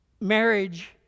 marriage